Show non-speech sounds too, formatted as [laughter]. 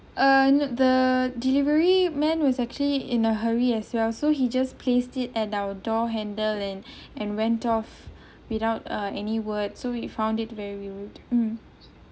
uh n~ the delivery man was actually in a hurry as well so he just placed it at our door handle and [breath] and went off without uh any word so we found it very rude mm